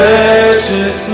Precious